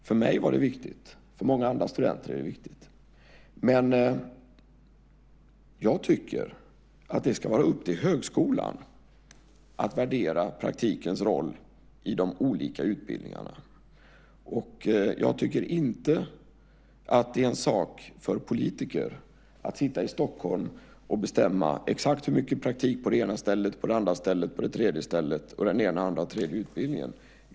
För mig var det viktigt. För många andra studenter är det viktigt. Jag tycker dock att det ska vara upp till högskolan att värdera praktikens roll i de olika utbildningarna. Jag tycker inte att det är en sak för politiker att sitta i Stockholm och bestämma exakt hur mycket praktik det ska vara på det ena, andra och tredje stället och i den ena, andra och tredje utbildningen.